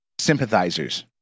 sympathizers